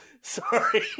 Sorry